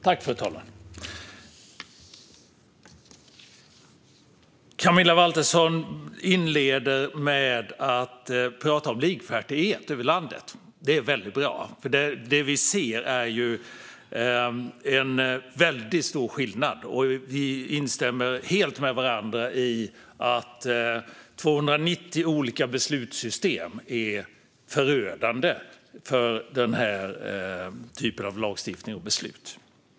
Fru talman! Camilla Waltersson inleder med att tala om likvärdighet över landet. Det är bra, för det vi ser är ju väldigt stora skillnader. Vi är helt överens med varandra om att 290 olika beslutssystem är förödande för den här typen av lagstiftning och beslut.